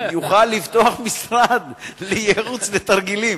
משרד לייעוץ בתרגילים.